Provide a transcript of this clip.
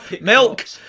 milk